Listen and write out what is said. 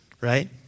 Right